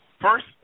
first